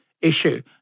issue